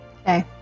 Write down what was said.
Okay